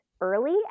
early